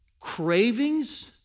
Cravings